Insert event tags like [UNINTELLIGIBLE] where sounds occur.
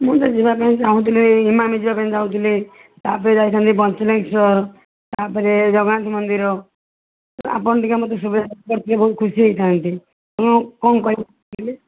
ମୁଁ ତ ଯିବା ପାଇଁ ଚାହୁଁଥିଲି ଏଇ ଇମାମି ଯିବା ପାଇଁ ଚାହୁଁଥିଲି ତା'ପରେ ଯାଇଥାନ୍ତି ପଞ୍ଚଲିଙ୍ଗେଶ୍ୱର ତା'ପରେ ଜଗନ୍ନାଥମନ୍ଦିର ତେଣୁ ଆପଣ ଟିକିଏ ମୋତେ ସୁବିଧା [UNINTELLIGIBLE] ଖୁସି ହେଇଥାନ୍ତି ହଁ କ'ଣ କହିଲେ